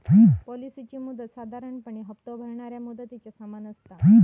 पॉलिसीची मुदत साधारणपणे हप्तो भरणाऱ्या मुदतीच्या समान असता